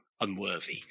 unworthy